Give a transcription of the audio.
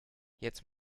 jetzt